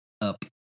up